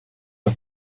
for